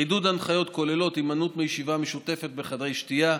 חידוד הנחיות כוללות: הימנעות מישיבה משותפת בחדרי שתייה,